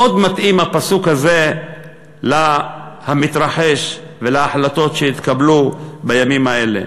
מאוד מתאים הפסוק הזה למתרחש ולהחלטות שהתקבלו בימים האלה.